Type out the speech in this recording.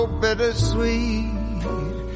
bittersweet